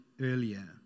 earlier